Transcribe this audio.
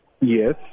Yes